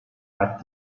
back